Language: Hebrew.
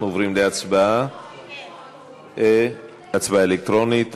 אנחנו עוברים להצבעה אלקטרונית.